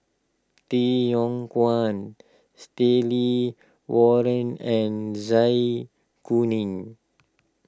Tay Yong Kwang Stanley Warren and Zai Kuning